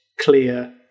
clear